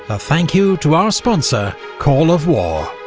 a thank you to our sponsor, call of war.